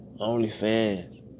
OnlyFans